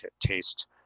taste